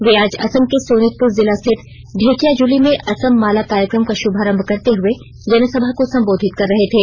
वे आज असम के सोनितपुर जिला स्थित ढेकियाजुली में असम माला कार्यक्रम का शुभारंभ करते हुए जनसभा को संबोधित कर रहे थे